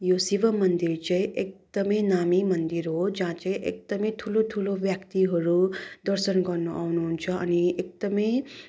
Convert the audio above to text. यो शिव मन्दिर चाहिँ एकदमै नामी मन्दिर हो जहाँ चाहिँ एकदमै ठुलो ठुलो व्यक्तिहरू दर्शन गर्नु आउनुहुन्छ अनि एकदमै